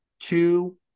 Two